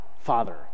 Father